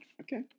Okay